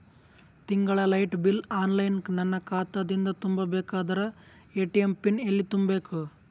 ತಿಂಗಳ light bill online ನನ್ನ ಖಾತಾ ದಿಂದ ತುಂಬಾ ಬೇಕಾದರ ಎ.ಟಿ.ಎಂ ಪಿನ್ ಎಲ್ಲಿ ತುಂಬೇಕ?